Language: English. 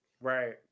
Right